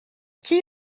qui